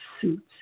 suits